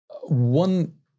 one